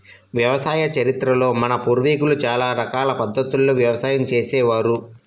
వ్యవసాయ చరిత్రలో మన పూర్వీకులు చాలా రకాల పద్ధతుల్లో వ్యవసాయం చేసే వారు